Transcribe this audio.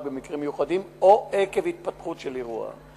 רק במקרים מיוחדים או עקב התפתחות של אירוע.